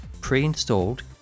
pre-installed